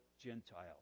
Gentile